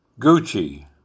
Gucci